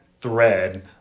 thread